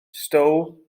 stow